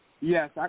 Yes